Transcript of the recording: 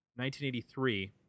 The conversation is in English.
1983